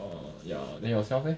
err ya then yourself leh